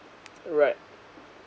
right